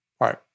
right